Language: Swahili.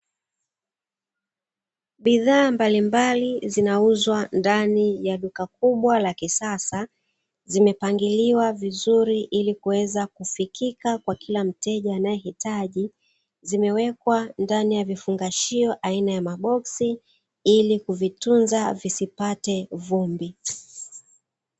Bidhaa mbalimbali zinauzwa ndani ya duka kubwa la kisasa zimepangiliwa vizuri ili kuweza kufikika kwa kila mteja anayehitaji, zimewekwa ndani ya vifungashio aina ya maboksi ili kuvitunza visipate vumbi.